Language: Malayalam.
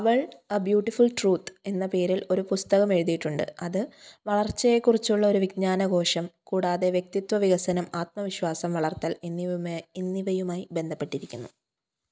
അവൾ ബ്യൂട്ടിഫുൾ ട്രൂത്ത് എന്ന പേരിൽ ഒരു പുസ്തകം എഴുതിയിട്ടുണ്ട് അത് വളർച്ചയെക്കുറിച്ചുള്ള ഒരു വിജ്ഞാനകോശം കൂടാതെ വ്യക്തിത്വ വികസനം ആത്മവിശ്വാസം വളർത്തൽ എന്നിവയുമായി ബന്ധപ്പെട്ടിരിക്കുന്നു